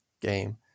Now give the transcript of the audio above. game